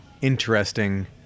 interesting